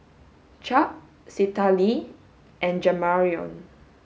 Chuck Citlalli and Jamarion